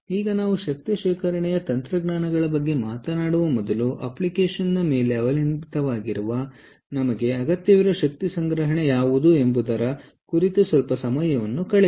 ಈಗ ನಾವು ಶಕ್ತಿ ಶೇಖರಣೆಯ ತಂತ್ರಜ್ಞಾನಗಳ ಬಗ್ಗೆ ಮಾತನಾಡುವ ಮೊದಲು ಅಪ್ಲಿಕೇಶನ್ನ ಮೇಲೆ ಅವಲಂಬಿತವಾಗಿರುವ ನಮಗೆ ಅಗತ್ಯವಿರುವ ಶಕ್ತಿ ಸಂಗ್ರಹಣೆ ಯಾವುದು ಎಂಬುದರ ಕುರಿತು ಸ್ವಲ್ಪ ಸಮಯವನ್ನು ಕಳೆಯೋಣ